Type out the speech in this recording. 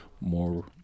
more